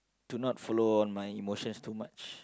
to not follow my emotions too much